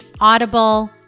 Audible